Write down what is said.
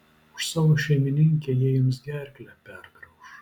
už savo šeimininkę jie jums gerklę pergrauš